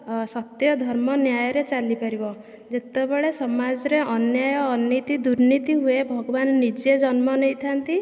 ସତ୍ୟ ଧର୍ମ ନ୍ୟାୟରେ ଚାଲି ପାରିବ ଯେତେବେଳେ ସମାଜରେ ଅନ୍ୟାୟ ଅନୀତି ଦୁର୍ନୀତି ହୁଏ ଭଗବାନ ନିଜେ ଜନ୍ମ ନେଇଥାନ୍ତି